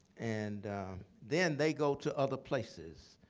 and then they go to other places.